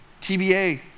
TBA